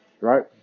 Right